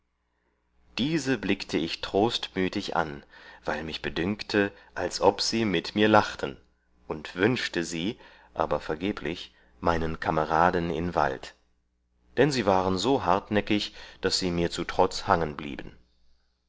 diese blickte ich trostmütig an weil mich bedünkte als ob sie mit mir lachten und wünschte sie aber vergeblich meinen kameraden in wald dann sie waren so hartnäckig daß sie mir zu trotz hangen blieben